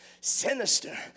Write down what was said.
sinister